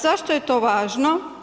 Zašto je to važno?